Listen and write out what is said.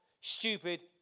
stupid